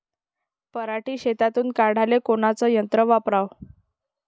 पराटी शेतातुन काढाले कोनचं यंत्र वापराव?